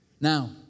Now